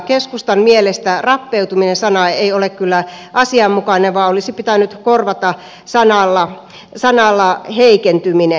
keskustan mielestä sana rappeutuminen ei ole kyllä asianmukainen vaan olisi pitänyt korvata sanalla heikentyminen